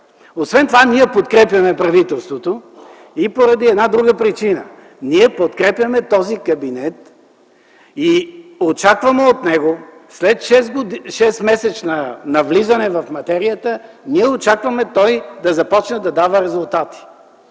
Освен това ние подкрепяме правителството и поради една друга причина. Ние подкрепяме този кабинет и очакваме от него, след 6-месечно навлизане в материята, той да дава резултати.